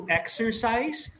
exercise